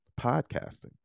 podcasting